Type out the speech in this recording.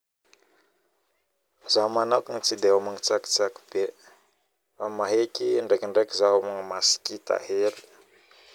Zaho manokagna tsy dia homagna tsakitsaky be indraikindraiky maskita hely